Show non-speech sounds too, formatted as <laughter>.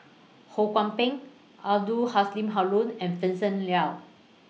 Ho Kwon Ping Abdul <unintelligible> Haron and Vincent Leow